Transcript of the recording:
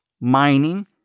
mining